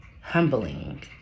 humbling